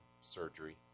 surgery